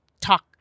talk